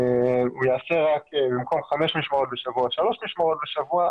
הוא יעשה רק במקום חמש משמרות בשבוע שלוש משמרות בשבוע,